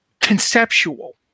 conceptual